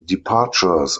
departures